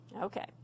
Okay